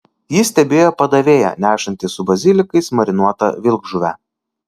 ji stebėjo padavėją nešantį su bazilikais marinuotą vilkžuvę